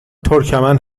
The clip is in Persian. ترکمن